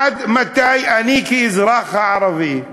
עד מתי אני, כאזרח ערבי,